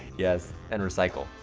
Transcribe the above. yes, and recycle,